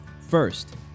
First